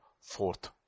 Fourth